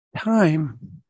time